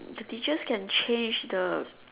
the teachers can change the